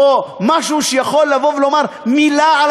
או משהו שיכול לבוא ולומר מילה על